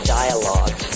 dialogue